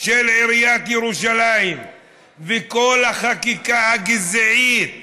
של עיריית ירושלים וכל החקיקה הגזענית